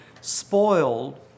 spoiled